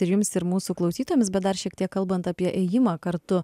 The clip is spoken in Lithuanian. ir jums ir mūsų klausytojams bet dar šiek tiek kalbant apie ėjimą kartu